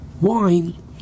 wine